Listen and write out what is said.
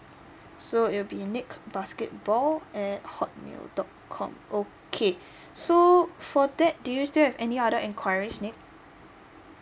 so it will be nick basketball at hotmail dot com okay so for that do you still have any other enquiries nick